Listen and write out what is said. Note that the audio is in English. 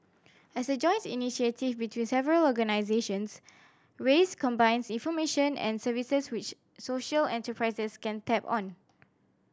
as a joint initiative between several organisations raise combines information and services which social enterprises can tap on